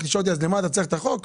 אתה שואל למה אנחנו צריכים את החוק?